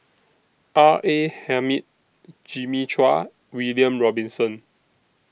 R A Hamid Jimmy Chua William Robinson